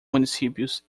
municípios